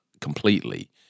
completely